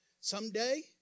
Someday